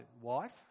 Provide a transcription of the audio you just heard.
wife